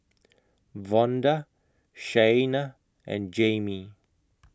Vonda Shaina and Jayme